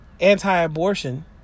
anti-abortion